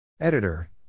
Editor